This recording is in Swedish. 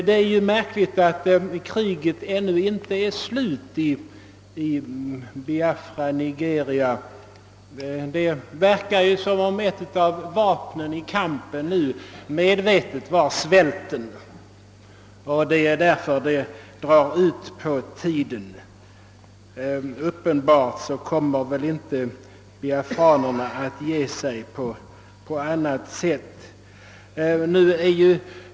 Det är ju märkligt att kriget ännu inte är slut i Biafra och Nigeria. Det verkar som om ett av vapnen i kampen nu medvetet är svälten och att det därför drar ut på tiden. Uppenbarligen kommer biafranerna inte att ge sig på annat sätt.